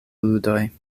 ludoj